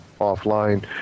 offline